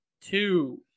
Two